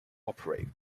operate